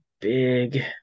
big